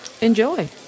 enjoy